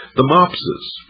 the mopses.